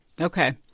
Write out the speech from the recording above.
Okay